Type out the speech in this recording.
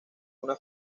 una